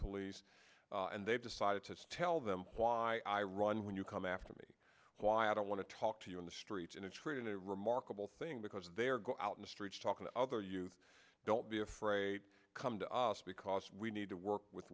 police and they've decided to tell them why i run when you come after me why i don't want to talk to you in the street in a trade in a remarkable thing because they are go out in the streets talking to other you don't be afraid come to us because we need to work with